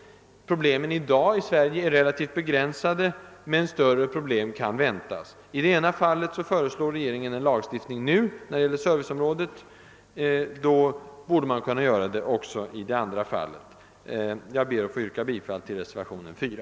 Problemen i Sverige är i dag relativt begränsade, men större svårighe ter kan väntas. I det ena fallet — när det gäller serviceområdet — föreslår regeringen en lagstiftning nu. Då borde man kunna göra det också i det andra fallet. Jag ber att få yrka bifall till reservationen 4.